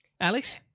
Alex